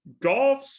golfs